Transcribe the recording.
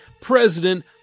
President